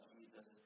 Jesus